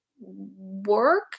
work